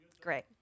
Great